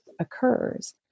occurs